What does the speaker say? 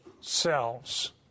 selves